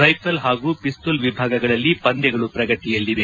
rifle ಹಾಗೂ ಪಿಸ್ತೂಲ್ ವಿಭಾಗಗಳಲ್ಲಿ ಪಂದ್ಯಗಳು ಪ್ರಗತಿಯಲ್ಲಿವೆ